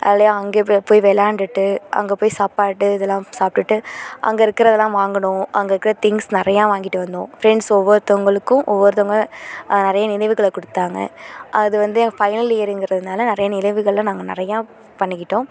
ஜாலியாக அங்கேயே போயி போய் வெளாண்டுட்டு அங்கே போயி சாப்பாடு இதெல்லாம் சாப்பிட்டுட்டு அங்கே இருக்கிறதுலாம் வாங்கணும் அங்கே இருக்கற திங்ஸ் நிறையா வாங்கிட்டு வந்தோம் ஃப்ரெண்ட்ஸ் ஒவ்வொருத்தங்களுக்கும் ஒவ்வொருத்தங்க நிறைய நினைவுகளை கொடுத்தாங்க அது வந்து ஃபைனல் இயருங்கிறதுனால் நிறைய நினைவுகளை நாங்கள் நிறையா பண்ணிக்கிட்டோம்